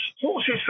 horses